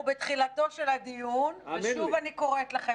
אנחנו בתחילתו של הדיון ושוב אני קוראת לכם